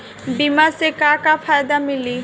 बीमा से का का फायदा मिली?